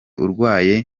urwaye